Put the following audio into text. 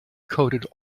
coated